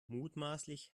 mutmaßlich